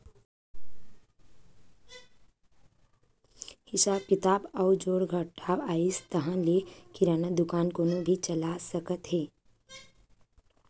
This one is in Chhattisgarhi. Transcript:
हिसाब किताब अउ जोड़ घटाव अइस ताहाँले किराना दुकान कोनो भी चला सकत हे